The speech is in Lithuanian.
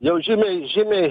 jau žymiai žymiai